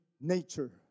nature